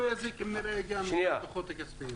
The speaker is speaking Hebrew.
לא יזיק שנראה את הדוחות הכספיים של כולם.